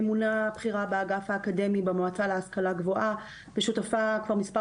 ממונה בכירה באגף האקדמי במועצה להשכלה גבוהה ושותפה כבר מספר